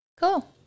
Cool